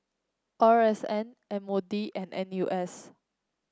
R S N M O D and N U S